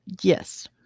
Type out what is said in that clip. Yes